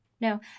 No